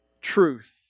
truth